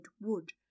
wood